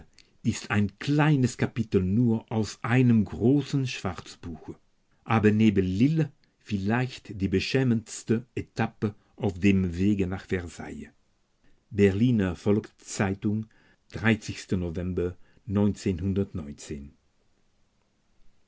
ist ein kleines kapitel nur aus einem großen schwarzbuche aber neben lille vielleicht die beschämendste etappe auf dem wege nach versailles berliner volks-zeitung november